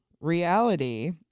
reality